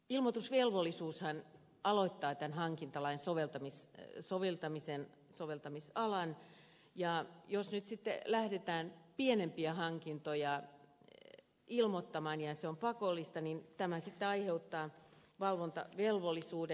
ilmoitusvelvollisuushan aloittaa tämän hankintalain soveltamisalan ja jos nyt sitten lähdetään pienempiä hankintoja ilmoittamaan ja se on pakollista niin tämä sitten aiheuttaa valvontavelvollisuuden